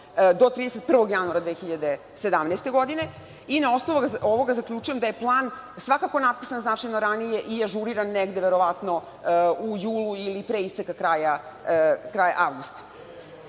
do 31. januara 2017. godine i na osnovu ovoga zaključujem da je plan svakako napisan značajno ranije i ažuriran negde verovatno u julu ili pre isteka kraja avgusta. Šta